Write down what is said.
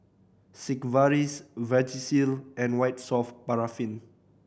Sigvaris Vagisil and White Soft Paraffin